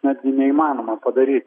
netgi neįmanoma padaryt